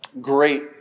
great